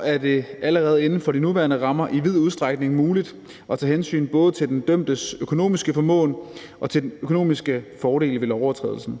er det allerede inden for de nuværende rammer i vid udstrækning muligt at tage hensyn både til den dømtes økonomiske formåen og til de økonomiske fordele ved lovovertrædelsen.